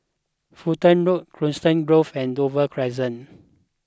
Fulton Road Coniston Grove and Dover Crescent